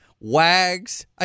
wags